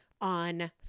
on